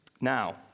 Now